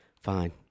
fine